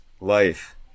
life